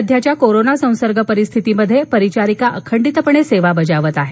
सध्याच्या कोरोना संसर्ग परिस्थितीत परिचारिका अखंडितपणे सेवा बजावत आहेत